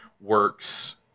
works